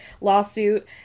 lawsuit